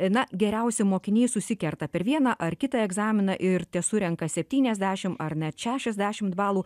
na geriausi mokiniai susikerta per vieną ar kitą egzaminą ir tesurenka septyniasdešimt ar net šešiasdešimt balų